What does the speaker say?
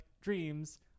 dreams